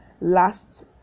last